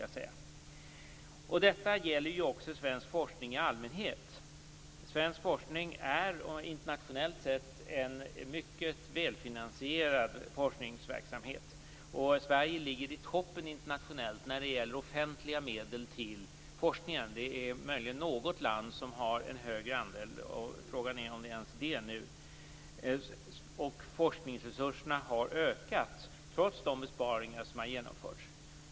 Detta gäller också svensk forskning i allmänhet. Svensk forskning är internationellt sett en mycket välfinansierad verksamhet. Sverige ligger i internationell topp när det gäller offentliga medel till forskningen - möjligen har något land en högre andel, men frågan är om det ens är det nu. Forskningsresurserna har också ökat, trots de besparingar som har genomförts.